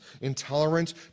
Intolerant